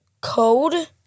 Code